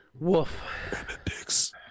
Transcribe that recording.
Woof